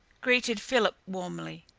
greeted philip warmly.